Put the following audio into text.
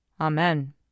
Amen